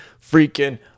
freaking